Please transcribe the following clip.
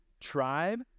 tribe